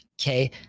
okay